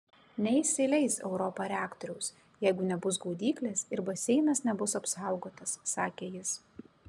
neįsileis europa reaktoriaus jeigu nebus gaudyklės ir baseinas nebus apsaugotas sakė jis